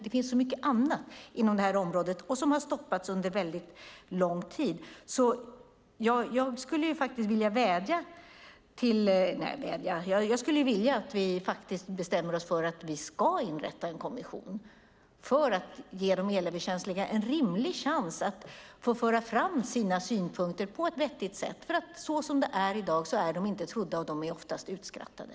Det finns så mycket annat inom det här området, men det har stoppats under väldigt lång tid. Jag skulle vilja att vi bestämde oss för att inrätta en kommission för att ge de elöverkänsliga en rimlig chans att föra fram sina synpunkter på ett vettigt sätt. Som det är i dag är de inte trodda. De blir oftast utskrattade.